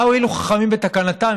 מה הועילו חכמים בתקנתם,